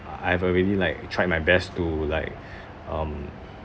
I've already like tried my best to like um